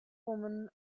woman